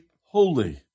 holy